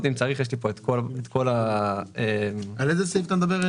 יש בה כל מיני סוגים,